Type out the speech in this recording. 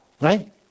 right